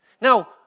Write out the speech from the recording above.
now